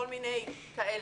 כל מיני כאלה,